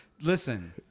Listen